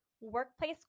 Workplace